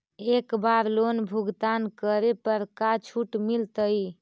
एक बार लोन भुगतान करे पर का छुट मिल तइ?